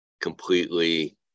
completely